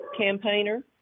campaigner